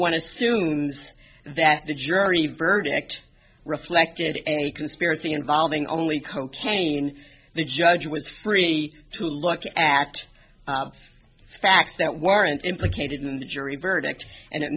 assumes that the jury verdict reflected any conspiracy involving only cocaine the judge was free to look at facts that weren't implicated in the jury verdict and it